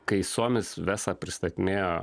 kai suomis vesa pristatinėjo